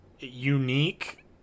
unique